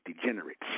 degenerates